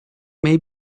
may